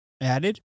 Added